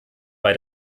bei